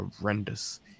horrendous